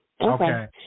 Okay